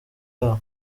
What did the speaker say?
yabo